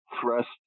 thrust